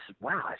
wow